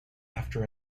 after